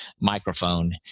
microphone